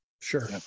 Sure